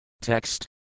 Text